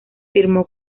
firmó